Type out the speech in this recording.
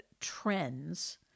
trends